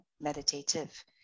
meditative